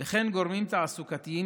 וכן גורמים תעסוקתיים,